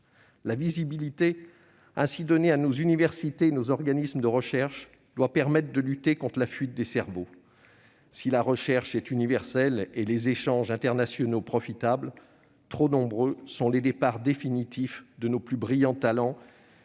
La visibilité ainsi donnée à nos universités et à nos organismes de recherche doit permettre de lutter contre la fuite des cerveaux. Si la recherche est universelle et les échanges internationaux profitables, trop nombreux sont les départs définitifs de nos plus brillants talents